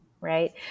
right